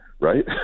right